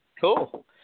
Cool